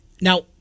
Now